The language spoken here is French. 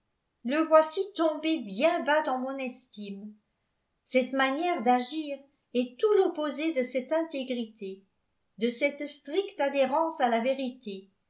le voici tombé bien bas dans mon estime cette manière d'agir est tout l'opposé de cette intégrité de cette stricte adhérence à la vérité